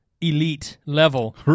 elite-level